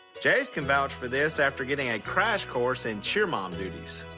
jase can vouch for this after getting a crash course in cheer-mom duties.